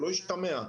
שלא ישתמע.